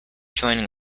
joining